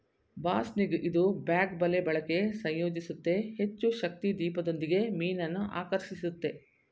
ಬಾಸ್ನಿಗ್ ಇದು ಬ್ಯಾಗ್ ಬಲೆ ಬಳಕೆ ಸಂಯೋಜಿಸುತ್ತೆ ಹೆಚ್ಚುಶಕ್ತಿ ದೀಪದೊಂದಿಗೆ ಮೀನನ್ನು ಆಕರ್ಷಿಸುತ್ತೆ